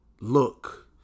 look